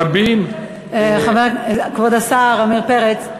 רבים, כבוד השר עמיר פרץ.